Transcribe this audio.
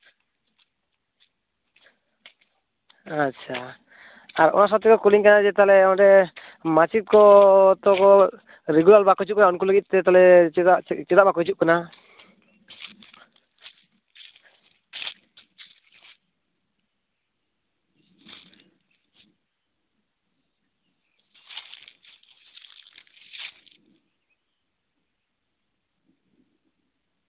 ᱟᱪᱪᱷᱟ ᱟᱨᱚ ᱚᱱᱟ ᱥᱟᱶᱛᱮᱠᱚ ᱠᱩᱞᱤᱧ ᱠᱟᱱᱟ ᱛᱟᱦᱚᱞᱮ ᱚᱸᱰᱮ ᱢᱟᱪᱮᱫ ᱠᱚ ᱛᱚᱠᱚ ᱨᱮᱜᱩᱞᱟᱨ ᱵᱟᱠᱚ ᱦᱤᱡᱩᱜ ᱠᱟᱱᱟ ᱩᱱᱠᱩ ᱞᱟᱹᱜᱤᱫ ᱛᱮ ᱛᱟᱦᱚᱞᱮ ᱪᱮᱫᱟᱜ ᱪᱮᱫᱟᱜ ᱵᱟᱠᱚ ᱦᱤᱡᱩᱜ ᱠᱟᱱᱟ